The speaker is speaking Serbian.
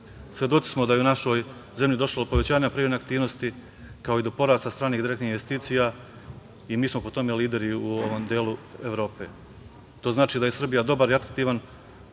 Svedoci smo da je u našoj zemlji došlo do povećanja privredne aktivnosti, kao i do porasta stranih i direktnih investicija i mi smo po tome lideri u ovom delu Evrope. To znači da je Srbija dobar i aktivan